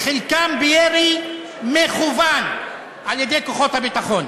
וחלקם בירי מכוון על-ידי כוחות הביטחון.